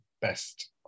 best